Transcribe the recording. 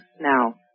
now